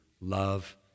love